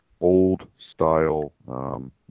old-style